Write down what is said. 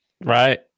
Right